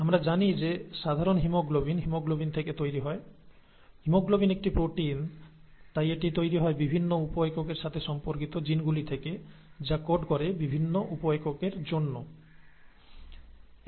আমরা জানি যে সাধারণ হিমোগ্লোবিন হিমোগ্লোবিন থেকে তৈরি হয় হিমোগ্লোবিন একটি প্রোটিন তাই এটি তৈরি হয় বিভিন্ন উপ এককের সাথে সম্পর্কিত জিনগুলি থেকে যা বিভিন্ন সাব ইউনিটের জন্য কোড করে